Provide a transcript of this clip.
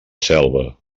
selva